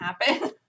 happen